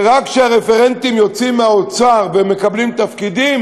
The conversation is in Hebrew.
ורק כשהרפרנטים יוצאים מהאוצר והם מקבלים תפקידים